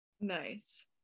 nice